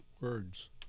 Words